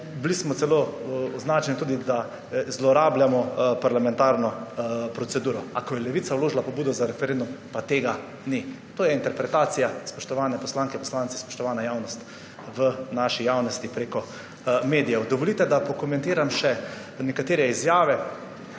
Bili smo celo označeni, da zlorabljamo parlamentarno proceduro. A ko je Levica vložila pobudo za referendum, pa tega ni. To je interpretacija, spoštovane poslanke, poslanci, spoštovana javnost, v naši javnosti prek medijev. Dovolite, da pokomentiram še nekatere izjave,